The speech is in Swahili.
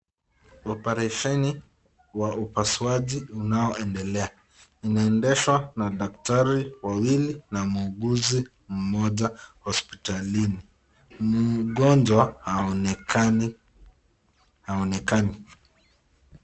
Oparesheni wa upasuaji unaondelea. Inaendeshwa na daktari wawili na muuguzi mmoja hospitalini. Mgonjwa haonekani